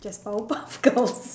just power puff girls